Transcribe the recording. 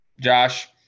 Josh